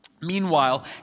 Meanwhile